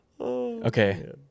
Okay